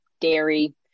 dairy